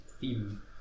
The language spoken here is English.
theme